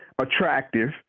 attractive